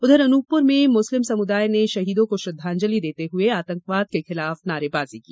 उधर अनूपपुर में मुस्लिम समुदाय ने शहीदों को श्रद्धांजलि देते हुए आतंकवाद के खिलाफ नारेबाजी की